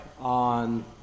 on